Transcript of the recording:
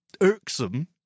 irksome